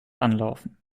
anlaufen